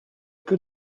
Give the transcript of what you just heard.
good